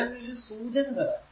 ഞാൻ ഒരു സൂചന തരാം